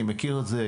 אני מכיר את זה.